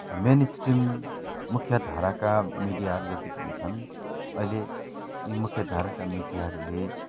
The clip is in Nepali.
मेन स्ट्रिम मुख्य धाराका मिडियाहरू जति पनि छन् अहिले यी मुख्य धाराका मिडियाहरूले